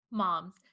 Moms